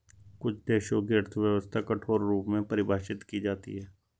कुछ देशों की अर्थव्यवस्था कठोर रूप में परिभाषित की जाती हैं